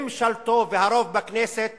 ממשלתו והרוב בכנסת